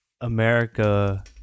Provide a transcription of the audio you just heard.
America